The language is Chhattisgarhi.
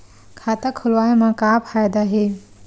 खाता खोलवाए मा का फायदा हे